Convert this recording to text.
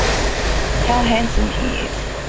how handsome he is.